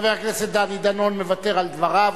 חבר הכנסת דני דנון מוותר על דבריו.